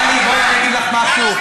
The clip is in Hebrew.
טלי, בואי אגיד לך משהו.